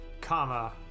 comma